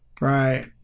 Right